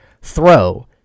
throw